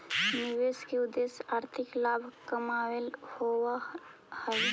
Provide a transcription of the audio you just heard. निवेश के उद्देश्य आर्थिक लाभ कमाएला होवऽ हई